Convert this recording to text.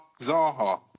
Zaha